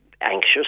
anxious